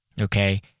okay